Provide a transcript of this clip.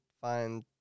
find